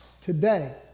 today